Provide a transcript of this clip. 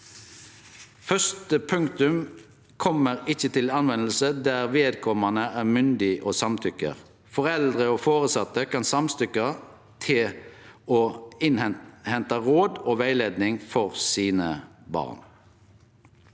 «Første punktum kommer ikke til anvendelse der vedkommende er myndig og samtykker. Foreldre og foresatte kan samtykke i å innhente råd og veiledning for sine barn.»